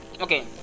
Okay